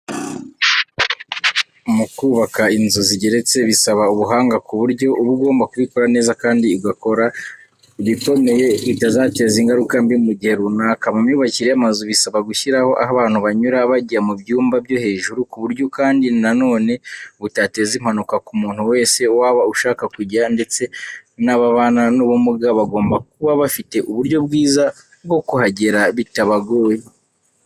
Mu kubaka inzu zigeretse bisaba ubuhanga ku buryo uba ugomba kubikora neza kandi ugakora ibikomeye bitazateza ingaruka mbi mu gihe runaka. Mu myubakire y'amazu bisaba gushyiraho aho abantu banyura bajya mu byumba byo hejuru ku buryo kandi na none butateza impanuka ku muntu wese waba ushaka kujya ndetse n'ababana n'ubumuga bagomba kuba bafite uburyo bwiza bwo kuhagera bitabagoye.